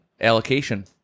allocation